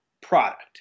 product